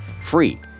free